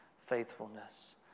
faithfulness